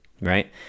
right